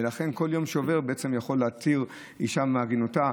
ולכן כל יום שעובר יכול להתיר אישה מעגינותה.